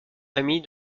famille